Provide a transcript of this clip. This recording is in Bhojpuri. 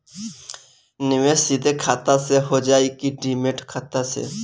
निवेश सीधे खाता से होजाई कि डिमेट खाता से?